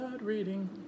reading